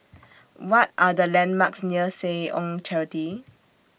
What Are The landmarks near Seh Ong Charity